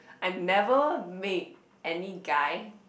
I never made any guy